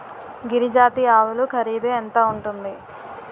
గిరి జాతి ఆవులు ఖరీదు ఎంత ఉంటుంది?